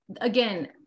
again